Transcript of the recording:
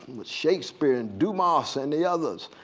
with shakespeare and dumas so and the others.